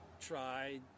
try